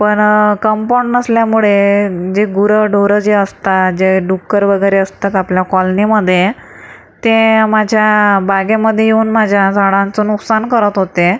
पण कंपाऊंड नसल्यामुळे जी गुरंढोरं जी असतात जे डुक्कर वगैरे असतात आपल्या कॉलनीमध्ये ते माझ्या बागेमध्ये येऊन माझ्या झाडांचं नुकसान करत होते